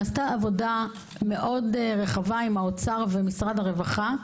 נעשתה עבודה מאוד רחבה עם האוצר ומשרד הרווחה.